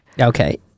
Okay